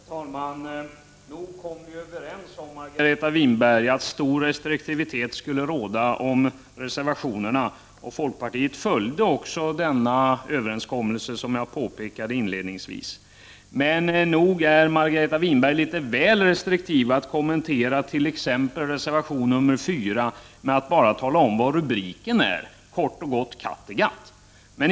Herr talman! Nog kom vi överens om, Margareta Winberg, att stor restriktivitet skulle råda i fråga om reservationer. Folkpartiet följde också denna överenskommelse, som jag påpekade inledningsvis. Men nog är Margareta Winberg litet väl restriktiv med att kommentera t.ex. reservation 4, när hon bara talar om vad rubriken är, kort och gott Kattegatt.